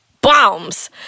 bombs